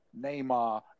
Neymar